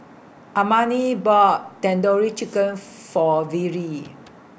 Armani bought Tandoori Chicken For Vere